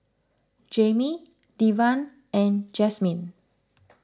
Jaimee Devan and Jasmine